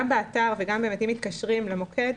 גם באתר וגם אם מתקשרים למוקד,